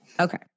Okay